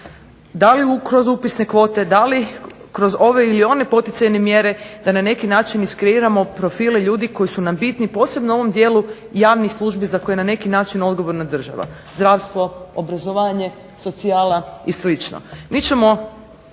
da li kroz upisne kvote da li kroz ove ili one poticajne mjere da na neki način iskreiramo profile ljudi koji su nam bitni posebno u ovom dijelu javnih službi za koje je na neki način odgovorna država, zdravstvo, obrazovanje, socijala i sl. Mi ćemo